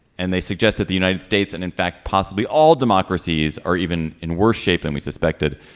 and they suggest that the united states and in fact possibly all democracies are even in worse shape than we suspected.